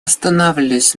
остановлюсь